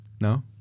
No